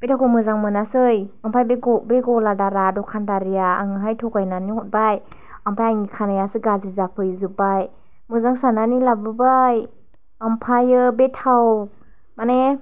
बे थावखौ मोजां मोनासै ओमफ्राय बे ग' बे गलादारा दखानदारिया आंनोहाय थगायनानै हरबाय ओमफ्राय आंनि खानाइयासो गाज्रि जाफै जोब्बाय मोजां सान्नानै लाबोबाय ओमफ्राय बे थाव माने